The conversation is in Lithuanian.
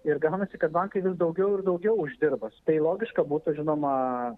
ir gaunasi kad bankai vis daugiau ir daugiau uždirbas tai logiška būtų žinoma